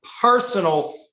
personal